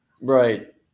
right